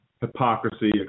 hypocrisy